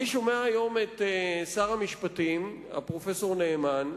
אני שומע היום את שר המשפטים, פרופסור נאמן,